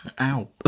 Ow